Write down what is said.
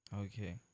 Okay